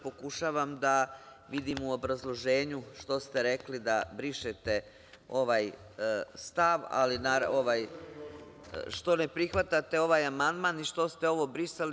Pokušavam da vidim u obrazloženju što ste rekli da brišete ovaj stav, što ne prihvatate ovaj amandman i što ste ovo brisali.